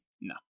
No